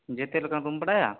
ᱡᱚᱛᱚ ᱞᱮᱠᱟᱱ ᱨᱩᱢ ᱵᱟᱰᱟᱭᱟ